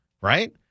right